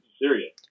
serious